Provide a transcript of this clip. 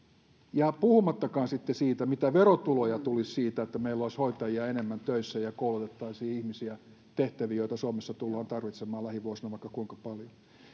puhumattakaan sitten siitä mitä verotuloja tulisi siitä että meillä olisi hoitajia enemmän töissä ja koulutettaisiin ihmisiä tehtäviin joita suomessa tullaan tarvitsemaan lähivuosina vaikka kuinka paljon